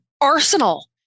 arsenal